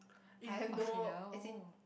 in Australia oh